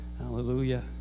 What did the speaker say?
Hallelujah